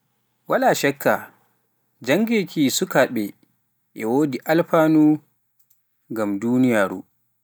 waala shekka janngeeki suukaabe e wodi alfanu ngam duniyaaru.